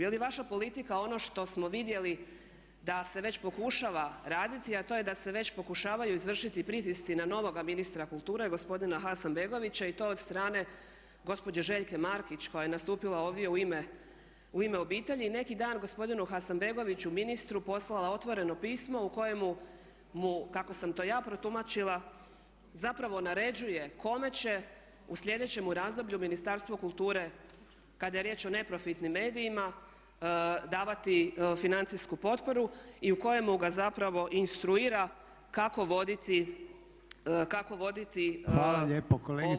Je li vaša politika ono što smo vidjeli da se već pokušava raditi a to je da se već pokušavaju izvršiti pritisci na novoga ministra kulture gospodina Hasanbegovića i to od strane gospođe Željke Markić koja je nastupila ovdje U ime obitelji i neki dan gospodinu Hasanbegoviću ministru poslala otvoreno pismo u kojemu mu kako sam to ja protumačila zapravo naređuje kome će u slijedećemu razdoblju Ministarstvo kulture kada je riječ o neprofitnim medijima davati financijsku potporu i u kojemu ga zapravo instruira kako voditi ovu kulturnu inu politiku.